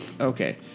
Okay